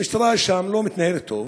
המשטרה שם לא מתנהלת טוב,